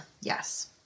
Yes